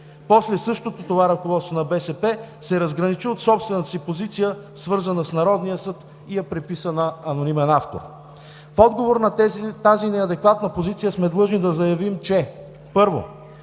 После, същото това ръководство на БСП се разграничи от собствената си позиция, свързана с Народния съд, и я приписа на анонимен автор. В отговор на тази неадекватна позиция сме длъжни да заявим че: първо,